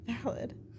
valid